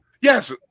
Yes